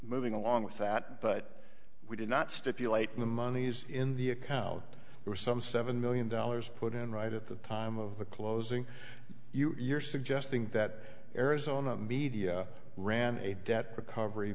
moving along with that but we did not stipulate the monies in the account there were some seven million dollars put in right at the time of the closing you're suggesting that arizona media ran a debt recovery